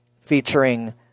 featuring